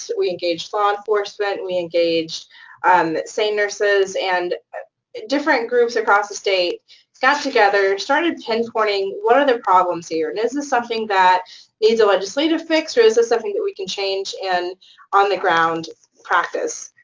we engaged law enforcement. and we engaged um sane nurses, and ah ah different groups across the state got together, started pinpointing, what are the problems here? and is this something that needs a legislative fix, or is this something that we can change in on-the-ground practice?